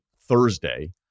Thursday